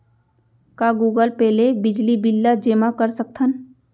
का Google Pay ले बिजली बिल ल जेमा कर सकथन?